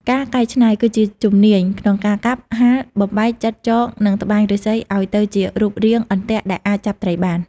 ការកែច្នៃ គឺជាជំនាញក្នុងការកាប់ ហាល បំបែក ចិត ចង និងត្បាញឫស្សីឲ្យទៅជារូបរាងអន្ទាក់ដែលអាចចាប់ត្រីបាន។